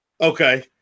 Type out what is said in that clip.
Okay